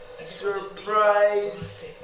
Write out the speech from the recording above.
surprise